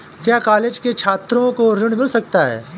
क्या कॉलेज के छात्रो को ऋण मिल सकता है?